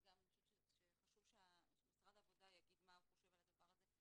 וגם חשוב שמשרד העבודה יגיד מה הוא חושב על הדבר הזה,